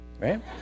right